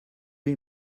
les